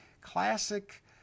classic